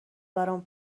برام